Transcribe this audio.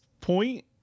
point